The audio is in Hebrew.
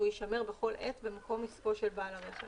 והוא ישמר בכל עת במקום עסקו של בעל הרכב,